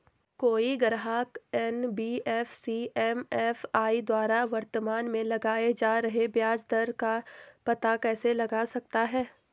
कोई ग्राहक NBFC MFI द्वारा वर्तमान में लगाए जा रहे ब्याज दर का पता कैसे लगा सकता है?